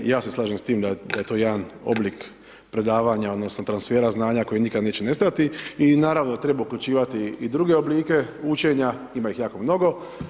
I ja se slažem s tim da je to jedan oblik predavanja, odnosno transfera znanja koje nikad neće nestati i naravno treba uključivati i druge oblike učenja, ima ih jako mnogo.